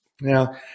Now